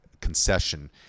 concession